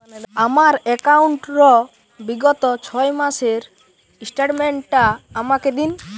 আমার অ্যাকাউন্ট র বিগত ছয় মাসের স্টেটমেন্ট টা আমাকে দিন?